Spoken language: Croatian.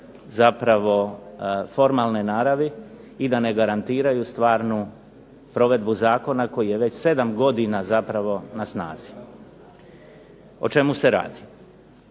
zapravo formalne naravi i da ne garantiraju stvarnu provedbu zakona koji je već sedam godina zapravo na snazi. O čemu se radi?